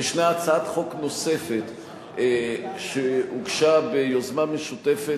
ישנה הצעת חוק נוספת שהוגשה ביוזמה משותפת,